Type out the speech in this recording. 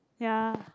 ya